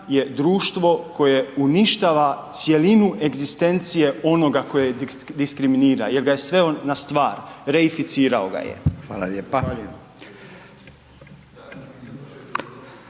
je društvo koje uništava cjelinu egzistencije onoga tko je diskriminira jer ga je sveo na stvar reificirao ga je. Zahvaljujem.